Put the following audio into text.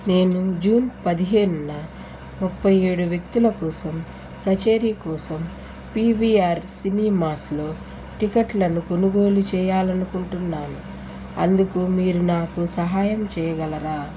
నేను జూన్ పదిహేనున ముప్పై ఏడు వ్యక్తుల కోసం కచేరీ కోసం పివిఆర్ సినిమాస్లో టికెట్లను కొనుగోలు చేయాలని అనుకుంటున్నాను అందుకు మీరు నాకు సహాయం చేయగలరా